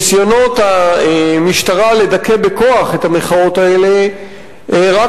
ניסיונות המשטרה לדכא בכוח את המחאות האלה רק